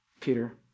Peter